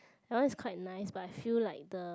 that one is quite nice but I feel like the